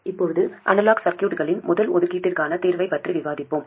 இப்போது அனலாக் சர்க்யூட்களின் முதல் ஒதுக்கீட்டிற்கான தீர்வைப் பற்றி விவாதிப்போம்